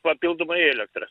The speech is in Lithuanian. papildomai elektrą